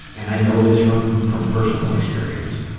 and i know this from, from personal experience.